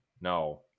no